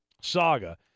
Saga